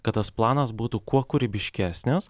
kad tas planas būtų kuo kūrybiškesnis